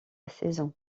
saison